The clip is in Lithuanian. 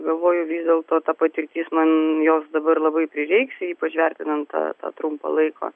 galvoju vis dėlto ta patirtis man jos dabar labai prireiks ir ypač vertinant tą tą trumpą laiko